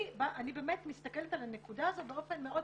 אני באמת מסתכלת על הנקודה הזו באופן מאוד